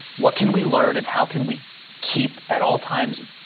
what can we learn? and how can we keep at all times